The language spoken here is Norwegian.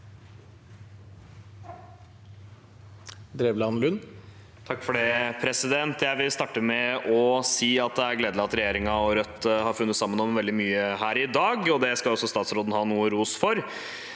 Lund (R) Jeg vil starte med å si at det er gledelig at regjeringen og Rødt har funnet sammen om veldig mye her i dag, og det skal også statsråden ha noe ros for.